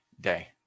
day